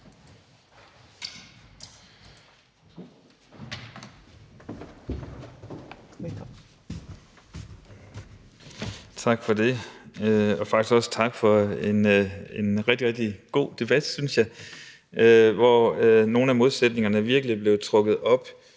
Tak for det, og faktisk også tak for en – synes jeg – rigtig, rigtig god debat, hvor nogle af modsætningerne virkelig blev trukket op,